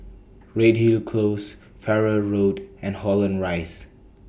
Redhill Close Farrer Road and Holland Rise